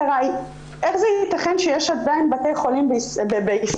איך זה ייתכן שיש עדיין בתי חולים בישראל,